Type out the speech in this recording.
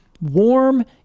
warm